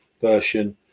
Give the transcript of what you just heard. version